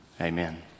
amen